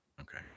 Okay